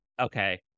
Okay